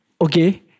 Okay